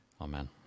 Amen